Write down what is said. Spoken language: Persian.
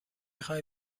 خوای